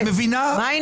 מה העניין?